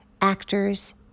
actors